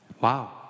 wow